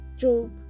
Job